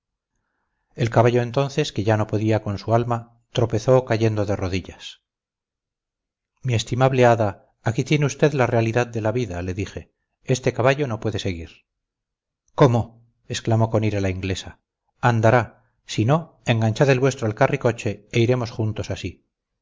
el caballo entonces que ya no podía con su alma tropezó cayendo de rodillas mi estimable hada aquí tiene usted la realidad de la vida le dije este caballo no puede seguir cómo exclamó con ira la inglesa andará si no enganchad el vuestro al carricoche e iremos juntos aquí